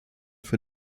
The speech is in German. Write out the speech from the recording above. für